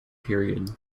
period